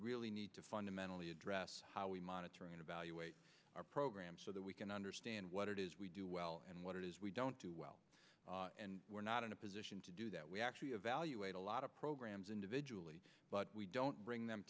really need to fundamentally address how we monitor and evaluate our programs so that we can understand what it is we do well and what it is we don't do well and we're not in a position to do that we actually evaluate a lot of programs individually but we don't bring them